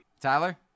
Tyler